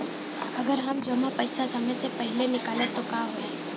अगर हम जमा पैसा समय से पहिले निकालब त का होई?